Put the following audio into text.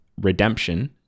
redemption